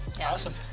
awesome